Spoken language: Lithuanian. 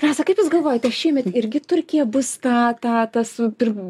rasa kaip jūs galvojate ar šiemet irgi turkija bus ta ta ta su pirm